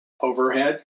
overhead